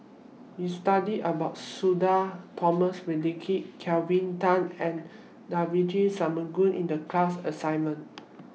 We studied about Sudhir Thomas Vadaketh Kelvin Tan and Devagi Sanmugam in The class assignment